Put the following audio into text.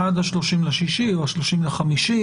עד ה-30 ביוני או ה-30 במאי.